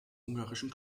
ungarischen